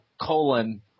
colon